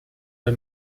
all